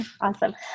Awesome